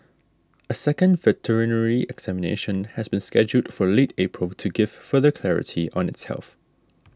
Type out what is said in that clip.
a second veterinary examination has been scheduled for late April to give further clarity on its health